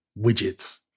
widgets